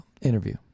interview